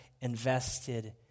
invested